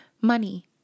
money